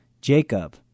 Jacob